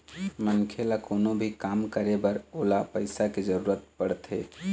मनखे ल कोनो भी काम करे बर ओला पइसा के जरुरत पड़थे